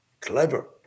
Clever